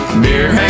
beer